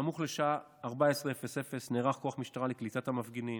סמוך לשעה 14:00 נערך כוח משטרה לקליטת המפגינים.